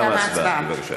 תמה ההצבעה.